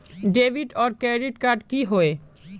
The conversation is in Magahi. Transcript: डेबिट आर क्रेडिट कार्ड की होय?